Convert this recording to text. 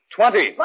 Twenty